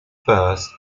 first